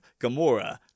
Gamora